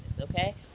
okay